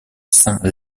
saint